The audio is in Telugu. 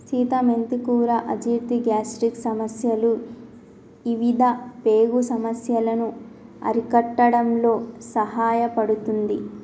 సీత మెంతి కూర అజీర్తి, గ్యాస్ట్రిక్ సమస్యలు ఇవిధ పేగు సమస్యలను అరికట్టడంలో సహాయపడుతుంది